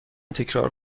تکرار